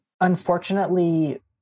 Unfortunately